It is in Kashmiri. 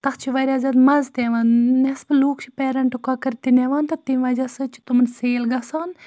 تتھ چھِ واریاہ زیادٕ مَزٕ تہِ یِوان نٮ۪صفہٕ لوٗکھ چھِ پیرنٛٹ کۄکَر تہِ نِوان تہٕ تَمہِ وَجہ سۭتۍ چھِ تِمَن سیل گَژھان